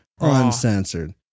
Uncensored